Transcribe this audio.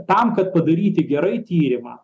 tam kad padaryti gerai tyrimą